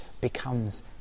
becomes